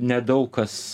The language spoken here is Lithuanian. nedaug kas